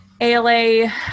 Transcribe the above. ALA